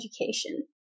education